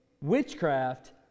witchcraft